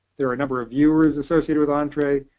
there are a number of viewers associated with ah entrez,